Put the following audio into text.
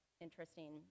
interesting